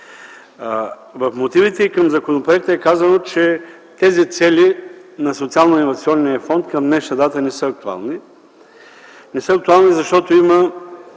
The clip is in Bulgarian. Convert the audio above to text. В мотивите към законопроекта е казано, че тези цели на Социалноинвестиционния фонд към днешна дата не са актуални. Не са актуални, защото има